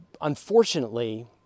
unfortunately